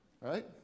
right